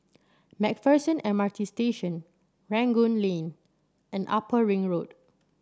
MacPherson M R T Station Rangoon Lane and Upper Ring Road